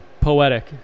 Poetic